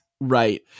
Right